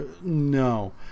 no